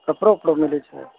कपड़ो उपड़ो मिलै छै